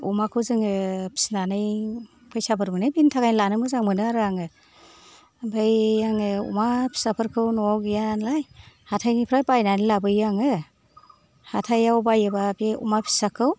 अमाखौ जोङो फिसिनानै फैसाफोर मोनो बिनि थाखाय लानो मोजां मोनो आरो आं ओमफ्राय आङो अमा फिसाफोरखौ न'आव गैया नालाय हाथायनिफ्राय बायनानै लाबोयो आङो हाथायाव बायोबा बे अमा फिसाखौ